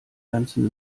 ganzen